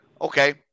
Okay